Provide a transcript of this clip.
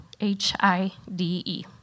h-i-d-e